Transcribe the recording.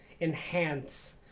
enhance